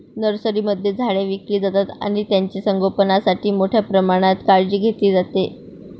नर्सरीमध्ये झाडे विकली जातात आणि त्यांचे संगोपणासाठी मोठ्या प्रमाणात काळजी घेतली जाते